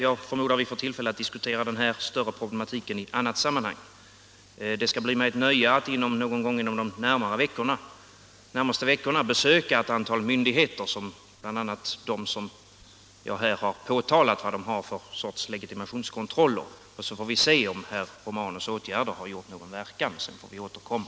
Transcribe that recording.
Jag förmodar att vi får tillfälle att diskutera de här större problemen i annat sammanhang. Det skall bli mig ett nöje att någon gång under de närmaste veckorna besöka ett antal myndigheter, bl.a. dem vilkas legitimationskontroller jag har påtalat. Då får vi se om herr Romanus åtgärder har gjort någon verkan, och sedan får vi återkomma.